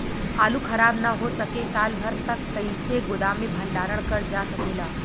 आलू खराब न हो सके साल भर तक कइसे गोदाम मे भण्डारण कर जा सकेला?